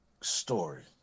story